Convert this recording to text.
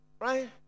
Right